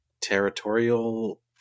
territorial